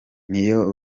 n’iyo